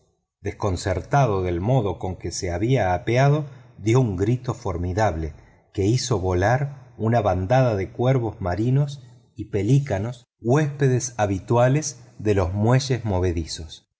desconcertado del modo con que se había apeado dio un grito formidable que hizo volar una bandada de cuervos marinos y pelícanos huéspedes habituales de los muelles movedizos